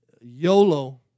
YOLO